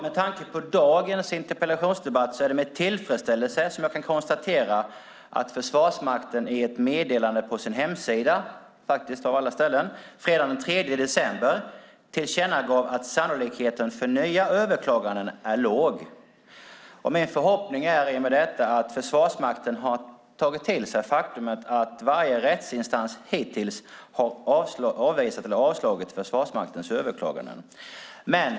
Med tanke på dagens interpellationsdebatt är det med tillfredsställelse jag kan konstatera att Försvarsmakten i ett meddelande på sin hemsida - av alla ställen - fredagen den 3 december tillkännagav att sannolikheten för nya överklaganden är låg. I och med detta är det min förhoppning att Försvarsmakten tagit till sig det faktum att varje rättsinstans hittills har avvisat eller avslagit Försvarsmaktens överklaganden.